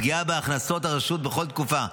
הפגיעה בהכנסות הרשות היא בכל תקופה,